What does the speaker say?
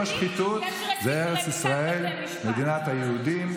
לא חרבה ארץ ישראל אלא על שאכלו חמץ בפסח,